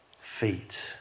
feet